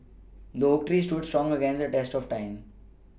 the oak tree stood strong against the test of time